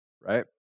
right